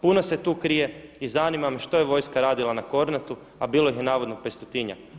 Puno se tu krije i zanima me što je vojska radila na Kornatu a bilo ih je navodno petstotinjak.